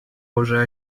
уже